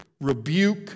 rebuke